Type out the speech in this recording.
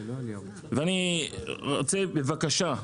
ואני רוצה בבקשה,